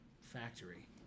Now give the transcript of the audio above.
factory